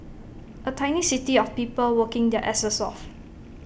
A tiny city of people working their asses off